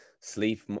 Sleep